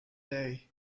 day